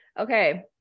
Okay